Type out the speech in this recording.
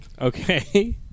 Okay